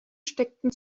steckten